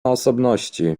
osobności